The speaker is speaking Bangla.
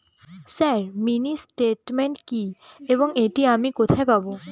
স্যার মিনি স্টেটমেন্ট কি এবং এটি আমি কোথায় পাবো?